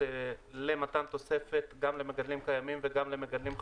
למתן תוספת גם למגדלים קיימים וגם למגדלים חדשים,